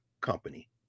company